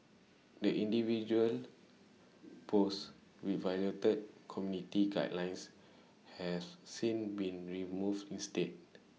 the individual posts with violated community guidelines have since been removed instead